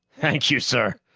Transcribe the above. thank you, sir.